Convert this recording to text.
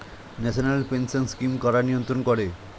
National pension scheme কারা নিয়ন্ত্রণ করে?